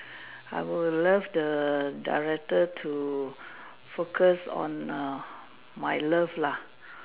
I would love the director to focus on err my love lah